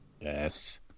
yes